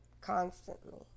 constantly